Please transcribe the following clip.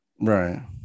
Right